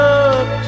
up